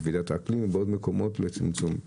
בוועידת האקלים ובעוד מקומות לצמצום.